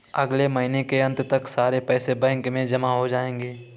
अगले महीने के अंत तक सारे पैसे बैंक में जमा हो जायेंगे